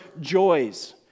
joys